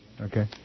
okay